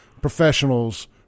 professionals